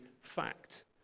fact